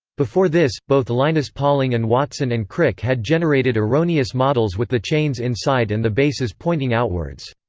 before this, both linus pauling and watson and crick had generated erroneous models with the chains inside and the bases pointing outwards.